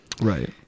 Right